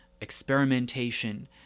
experimentation